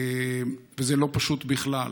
וזה לא פשוט בכלל.